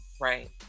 Right